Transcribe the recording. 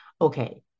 okay